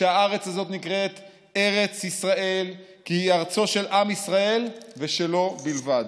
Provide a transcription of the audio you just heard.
שהארץ הזאת נקראת ארץ ישראל כי היא ארצו של עם ישראל ושלו בלבד.